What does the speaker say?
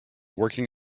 working